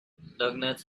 doughnuts